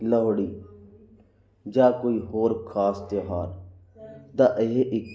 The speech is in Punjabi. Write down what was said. ਲੋਹੜੀ ਜਾਂ ਕੋਈ ਹੋਰ ਖਾਸ ਤਿਉਹਾਰ ਦਾ ਇਹ ਇੱਕ